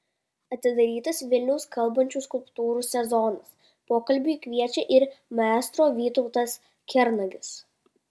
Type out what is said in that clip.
atidarytas vilniaus kalbančių skulptūrų sezonas pokalbiui kviečia ir maestro vytautas kernagis